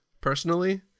personally